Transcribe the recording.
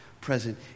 present